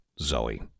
zoe